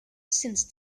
since